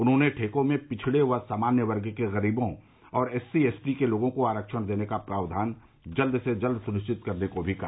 उन्होंने ठेकों में पिछड़े व सामान्य वर्ग के ग़रीबों और एससीएसटी के लोगों को आरक्षण देने का प्राक्षण जल्द से जल्द सुनिश्चित करने को भी कहा